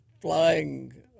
flying